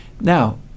Now